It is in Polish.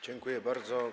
Dziękuję bardzo.